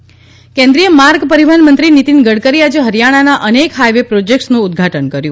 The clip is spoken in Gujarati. ગાડકરી હાઇવે કેન્દ્રીય માર્ગ પરિવહન મંત્રી નીતિન ગડકરી આજે હરિયાણાના અનેક હાઇવે પ્રોજેક્ટ્સનું ઉદ્વાટન કર્યું